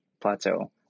plateau